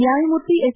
ನ್ಲಾಯಮೂರ್ತಿ S